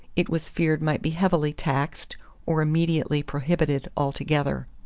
it was feared might be heavily taxed or immediately prohibited altogether.